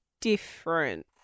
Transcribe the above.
different